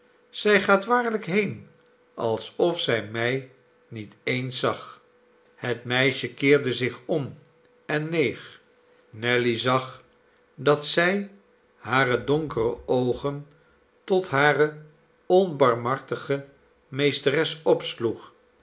zij gaat waarlijk heen alsof zij mij niet eens zag het meisje keerde zich om en neeg nelly zag dat zij hare donkere oogen tot hare onbarmhartige meesteres opsloeg